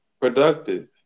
productive